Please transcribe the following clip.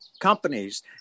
companies